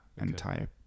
entire